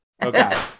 Okay